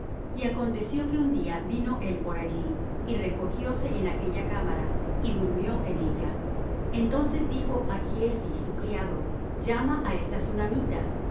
y aconteció que un día vino él por allí y recogióse en aquella cámara y durmió en ella entonces dijo á giezi su criado llama á esta sunamita